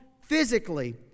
physically